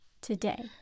today